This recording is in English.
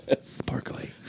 Sparkly